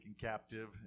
captive